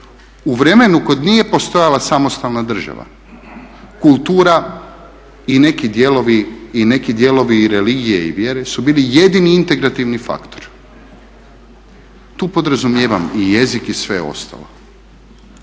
U vremenu kad nije postojala samostalna država kultura i neki dijelovi religije i vjere su bili jedini integrativni faktor. Tu podrazumijevam i jezik i sve ostalo.